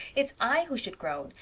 it's i who should groan.